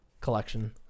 Collection